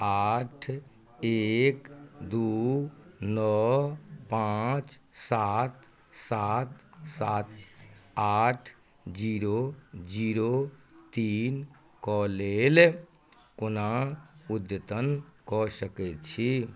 आठ एक दू नओ पाँच सात सात सात आठ जीरो जीरो तीनके लेल कोना उद्यतन कऽ सकैत छी